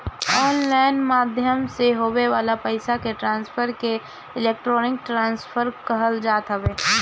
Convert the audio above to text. online माध्यम से होए वाला पईसा के ट्रांसफर के इलेक्ट्रोनिक ट्रांसफ़र कहल जात हवे